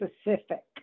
specific